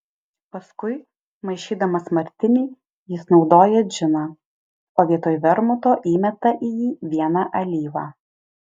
paskui maišydamas martinį jis naudoja džiną o vietoj vermuto įmeta į jį vieną alyvą